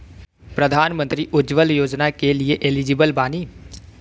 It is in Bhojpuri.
प्रधानमंत्री उज्जवला योजना के लिए एलिजिबल बानी?